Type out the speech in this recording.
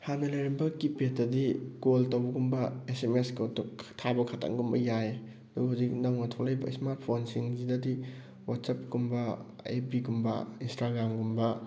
ꯍꯥꯟꯅ ꯂꯩꯔꯝꯕ ꯀꯤꯄꯦꯗꯇꯗꯤ ꯀꯣꯜ ꯇꯧꯕꯒꯨꯝꯕ ꯑꯦꯁ ꯑꯦꯝ ꯑꯦꯁ ꯊꯥꯕ ꯈꯛꯇꯪꯒꯨꯝꯕ ꯌꯥꯏ ꯑꯗꯨꯕꯨ ꯍꯧꯖꯤꯛ ꯅꯧꯅ ꯊꯣꯛꯂꯛꯏꯕ ꯏꯁꯃꯥꯔꯠ ꯐꯣꯟꯁꯤꯡꯁꯤꯗꯗꯤ ꯋꯥꯠꯆꯞ ꯀꯨꯝꯕ ꯑꯦꯐꯕꯤ ꯒꯨꯝꯕ ꯏꯟꯁꯇꯥꯒ꯭ꯔꯥꯝ ꯒꯨꯝꯕ